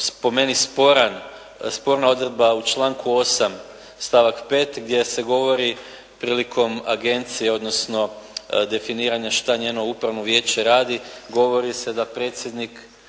sporan, sporna odredba u članku 8. stavak 5. gdje se govori prilikom agencije odnosno definiranja šta njeno Upravno vijeće radi govori se da predsjednik,